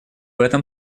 этом